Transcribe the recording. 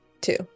two